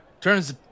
turns